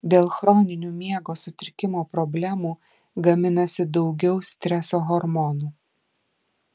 dėl chroninių miego sutrikimo problemų gaminasi daugiau streso hormonų